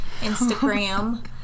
instagram